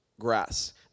grass